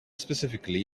specifically